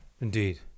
Indeed